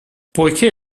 poiché